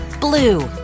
blue